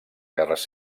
guerres